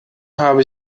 habe